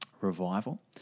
Revival